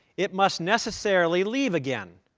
it must necessarily leave again.